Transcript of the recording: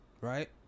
Right